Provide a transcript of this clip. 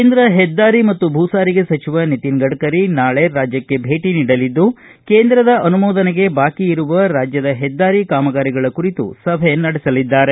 ಕೇಂದ್ರ ಹೆದ್ದಾರಿ ಮತ್ತು ಭೂಸಾರಿಗೆ ಸಚಿವ ನಿತಿನ್ ಗಢರಿ ನಾಳೆ ರಾಜ್ಯಕ್ಷೆ ಭೇಟಿ ನೀಡಲಿದ್ದು ಕೇಂದ್ರದ ಅನುಮೋದನೆಗೆ ಬಾಕಿ ಇರುವ ರಾಜ್ಯದ ಹೆದ್ದಾರಿ ಕಾಮಗಾರಿಗಳ ಕುರಿತು ಸಭೆ ನಡೆಸಲಿದ್ದಾರೆ